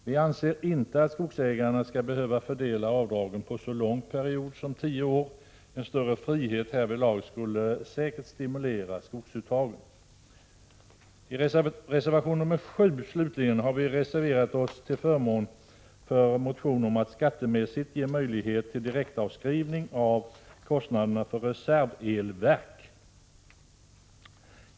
Vi anser inte att skogsägaren skall behöva fördela avdrag på så lång period som tio år. En större frihet härvidlag skulle säkert stimulera skogsuttagen. I reservation 7 slutligen har vi reserverat oss till förmån för en motion om att skattemässigt ge möjlighet till direktavskrivning av kostnaderna för reservelverk.